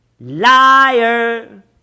Liar